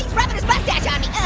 rubbing his mustache on me yeah